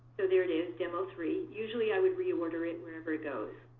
so there it is, demo three. usually i would reorder it wherever it goes.